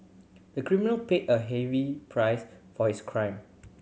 the criminal paid a heavy price for his crime